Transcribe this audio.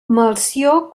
melcior